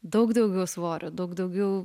daug daugiau svorio daug daugiau